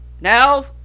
Now